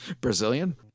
Brazilian